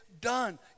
done